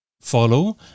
follow